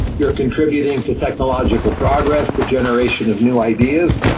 you're contributing to technological progress the generation of new ideas.